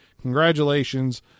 Congratulations